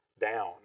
down